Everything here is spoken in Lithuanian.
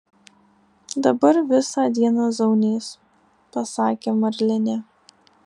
dabar visą dieną zaunys pasakė marlinė